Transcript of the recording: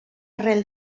rel